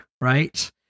Right